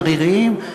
עריריים,